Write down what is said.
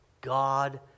God